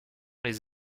les